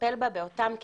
לטפל בה באותם כלים.